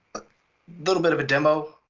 little bit of a demo,